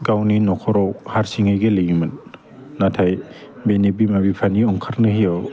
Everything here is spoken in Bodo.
गावनि नख'राव हासिङै गेलेयोमोन नाथाय बिनि बिमा बिफानि ओंखारनो होयियाव